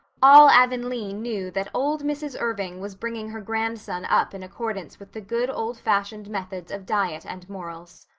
all avonlea knew that old mrs. irving was bringing her grandson up in accordance with the good, old-fashioned methods of diet and morals.